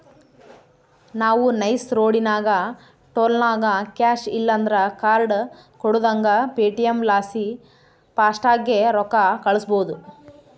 ನಾವು ನೈಸ್ ರೋಡಿನಾಗ ಟೋಲ್ನಾಗ ಕ್ಯಾಶ್ ಇಲ್ಲಂದ್ರ ಕಾರ್ಡ್ ಕೊಡುದಂಗ ಪೇಟಿಎಂ ಲಾಸಿ ಫಾಸ್ಟಾಗ್ಗೆ ರೊಕ್ಕ ಕಳ್ಸ್ಬಹುದು